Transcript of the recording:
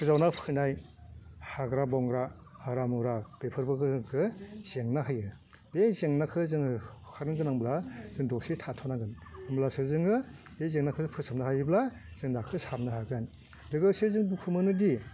गोजावना फैनाय हाग्रा बंग्रा हाग्रा मुरा बेफोरबो जेंना होयो बे जेंनाखौ जोङो होखारनो गोनांब्ला जों दसे थाथ'नांगोन होमब्लासो जोङो बे जेंनाखौ फोसाबनो हायोब्ला जों नाखौ सारनो हागोन लोगोसे जों दुखु मोनगोनदि